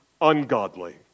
ungodly